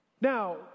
Now